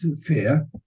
fear